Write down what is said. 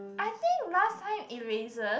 I think last time erasers